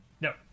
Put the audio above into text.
No